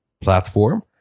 platform